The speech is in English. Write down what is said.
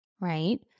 right